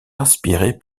inspirés